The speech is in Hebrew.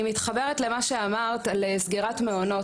אני מתחברת למה שאמרת על סגירת מעונות,